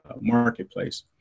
marketplace